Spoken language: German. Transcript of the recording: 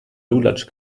lulatsch